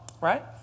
right